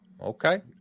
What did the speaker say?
Okay